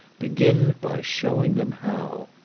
begin by showing them how.